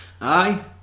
Aye